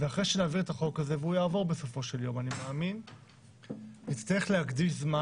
החוק הנוכחי יעבור בסופו של יום אבל נצטרך להקדיש זמן